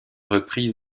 reprises